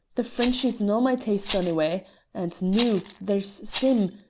the frenchy's no' my taste onyway and noo, there's sim!